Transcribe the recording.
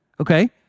Okay